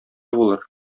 булыр